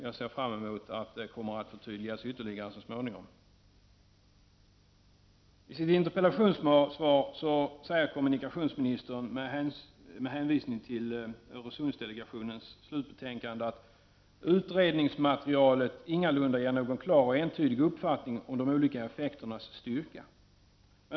Jag ser fram emot att det kommer att förtydligas ytterligare så småningom. I sitt interpellationssvar säger kommunikationsministern, med hänvisning till Öresundsdelegationens slutbetänkande, att utredningsmaterialet ingalunda ger någon klar och entydig uppfattning om de olika effekternas styrka.